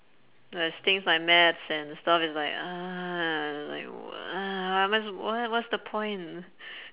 whereas things like math and stuff is like like wha~ I'm just wha~ what's the point